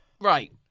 Right